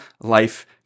life